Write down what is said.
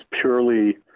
purely